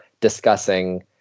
discussing